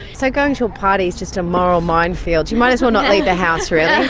so, going to a party is just a moral minefield you might as well not leave the house, really.